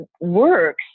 works